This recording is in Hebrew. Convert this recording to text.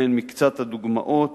אלה מקצת הדוגמאות.